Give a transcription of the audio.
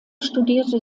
studierte